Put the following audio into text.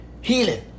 healing